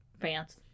fans